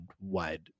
wide